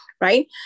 right